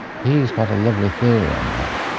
he's got a lovely theory on that.